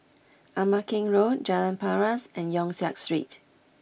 Ama Keng Road Jalan Paras and Yong Siak Street